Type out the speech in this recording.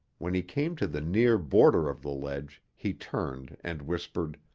when he came to the near border of the ledge, he turned and whispered,